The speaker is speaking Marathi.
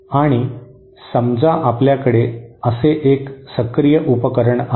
आणि समजा आपल्याकडे असे एक सक्रिय उपकरण आहे